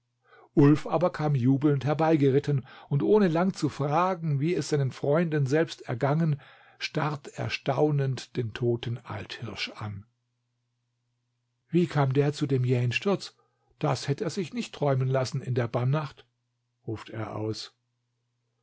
aber am jubelnb herbeigeritten unb ohne lang gu fragen wie es feinen fyratnben felbft ergangen ftarrt er ftartnenb ben toten shtljirfch an sbie laut ber gu bem jähen sturg as hätt er fich ixict träumen laffen in ber sanmstacfit ruft er aus